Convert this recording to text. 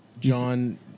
John